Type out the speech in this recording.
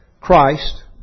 Christ